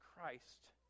Christ